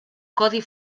codi